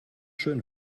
schön